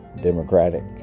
democratic